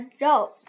rope